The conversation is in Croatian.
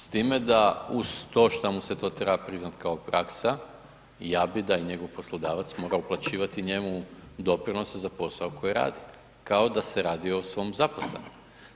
S time da uz to što mu to treba priznati kao praksa ja bi da i njegov poslodavac mora uplaćivati njemu doprinose za posao koji radi, kao da se radi o svom zaposlenom.